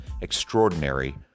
extraordinary